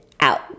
out